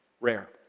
rare